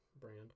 brand